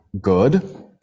good